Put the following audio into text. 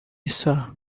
isaha